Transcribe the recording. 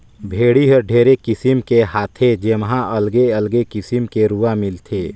भेड़ी हर ढेरे किसिम के हाथे जेम्हा अलगे अगले किसिम के रूआ मिलथे